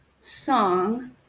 song